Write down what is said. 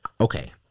okay